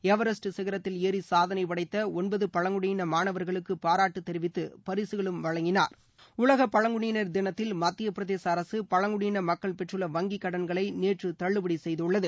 Everest சிகரத்தில் ஏறி சாதனைப் படைத்த ஒன்பது பழங்குடியின மாணவர்களுக்கு பாராட்டுத் தெரிவித்து பரிசுகளும் வழங்கினர் உலக பழங்குடியினா் தினத்தில் மத்தியப் பிரதேச அரக பழங்குடியின மக்கள் பெற்றுள்ள வங்கிக் கடன்களை நேற்று தள்ளுபடி செய்துள்ளது